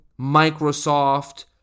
Microsoft